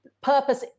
purpose